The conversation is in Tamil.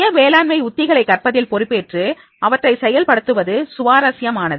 சுய மேலாண்மை உத்திகளை கற்பதில் பொறுப்பேற்று அவற்றை செயல்படுத்துவது சுவாரஸ்யமானது